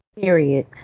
Period